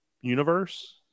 universe